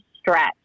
stretch